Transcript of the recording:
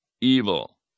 evil